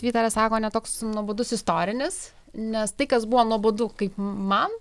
vytaras sako ne toks nuobodus istorinis nes tai kas buvo nuobodu kaip man